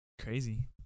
crazy